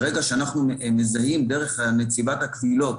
ברגע שאנחנו מזהים דרך נציבת הקבילות